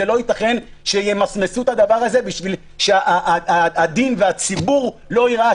לא ייתכן שימסמסו את הדבר הזה כדי שהדין והציבור לא ירעש.